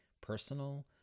personal